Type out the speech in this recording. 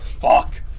Fuck